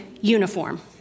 uniform